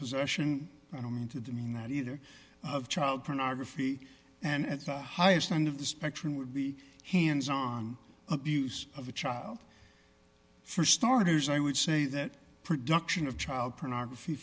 possession i don't mean to demean that either of child pornography and at the highest end of the spectrum would be hands on abuse of a child for starters i would say that production of child pornography